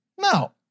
No